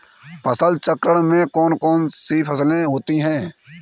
फसल चक्रण में कौन कौन सी फसलें होती हैं?